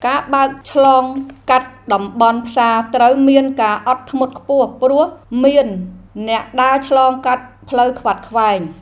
ការបើកបរឆ្លងកាត់តំបន់ផ្សារត្រូវមានការអត់ធ្មត់ខ្ពស់ ព្រោះមានអ្នកដើរឆ្លងកាត់ផ្លូវខ្វាត់ខ្វែង។